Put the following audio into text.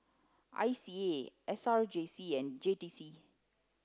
I C A S R J C and J T C